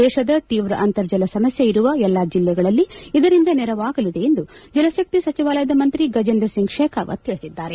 ದೇಶದ ತೀವ್ರ ಅಂತರ್ಜಲ ಸಮಸ್ಯೆ ಇರುವ ಎಲ್ಲ ಜಿಲ್ಲೆಗಳಲ್ಲಿ ಇದರಿಂದ ನೆರವಾಗಲಿದೆ ಎಂದು ಜಲಶಕ್ತಿ ಸಚಿವಾಲಯದ ಮಂತ್ರಿ ಗಜೇಂದ್ರ ಸಿಂಗ್ ಶೇಕಾವತ್ ತಿಳಿಸಿದ್ದಾರೆ